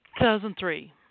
2003